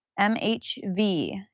MHV